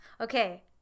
Okay